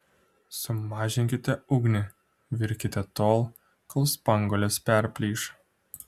sumažinkite ugnį virkite tol kol spanguolės perplyš